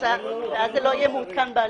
זה לא יהיה מעודכן.